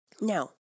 Now